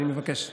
אני מבקש שתרשה.